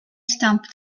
stamp